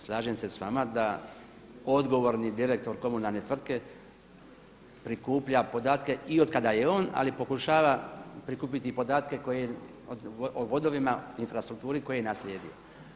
Slažem se s vama da odgovorni direktor komunalne tvrtke prikuplja podatke i od kada je on, ali pokušava prikupiti podatke koje o vodovima i infrastrukturi koju je naslijedio.